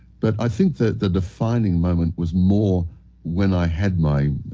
but, i think that the defining moment was more when i had my,